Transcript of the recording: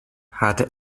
had